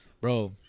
bro